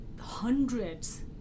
hundreds